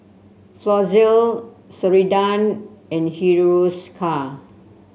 Floxia Ceradan and Hiruscar